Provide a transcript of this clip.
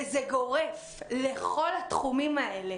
וזה גורף לכל התחומים האלה.